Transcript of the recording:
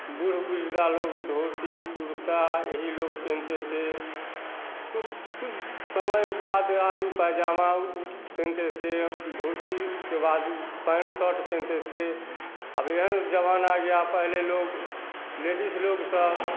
बुढ़ बुढ़िगा लोग धोती कुर्ता यही लोग पहनते थे कुछ कुछ समय बाद वह आदमी पैजामा पहनते थे या धोती के बाद वह पैंट शर्ट पहनते थे अब यह ज़माना आ गया पहले लोग लेडीस लोग सब